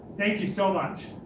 thank you so much.